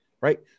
right